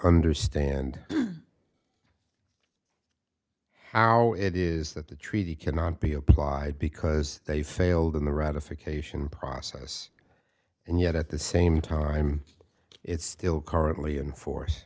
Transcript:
understand how it is that the treaty cannot be applied because they failed in the ratification process and yet at the same time it's still currently in force